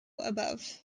above